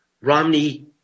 Romney